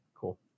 Cool